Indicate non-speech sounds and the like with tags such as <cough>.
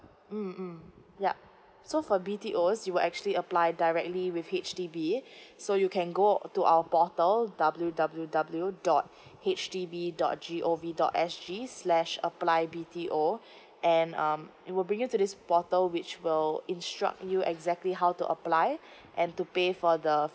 mm mm yup so for B T Os you will actually apply directly with H_D_B <breath> so you can go to our portal W W W dot <breath> H D B dot G O V dot S G slash apply B T O <breath> and um it will bring you to this portal which will instruct you exactly how to apply <breath> and to pay for the